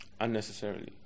unnecessarily